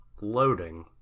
loading